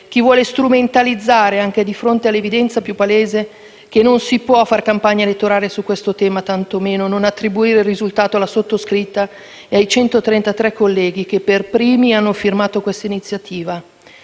chi vuole strumentalizzare, anche di fronte all'evidenza più palese, che non si può fare campagna elettorale su questo tema, tantomeno non attribuirne il risultato alla sottoscritta e ai 133 colleghi che per primi hanno firmato l'iniziativa.